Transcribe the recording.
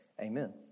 Amen